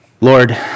Lord